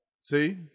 See